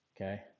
Okay